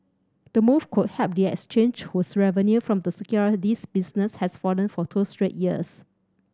the move could help the exchange whose revenue from the securities business has fallen for two straight years